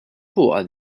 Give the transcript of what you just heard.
fuqha